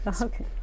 okay